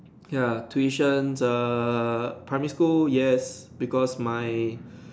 ya tuition err primary school yes because my